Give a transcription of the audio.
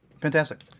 fantastic